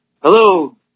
Hello